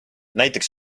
näiteks